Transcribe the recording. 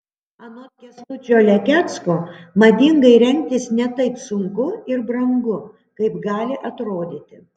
anot kęstučio lekecko madingai rengtis ne taip sunku ir brangu kaip gali atrodyti